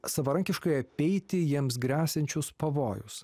savarankiškai apeiti jiems gresiančius pavojus